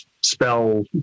spell